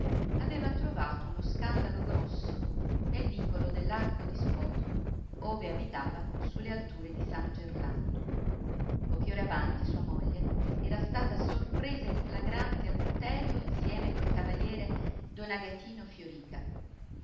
aveva trovato uno scandalo grosso nel vicolo dell'arco di spoto ove abitava su le alture di san gerlando poche ore avanti sua moglie era stata sorpresa in flagrante adulterio insieme col cavaliere don agatino fiorìca la